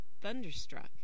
thunderstruck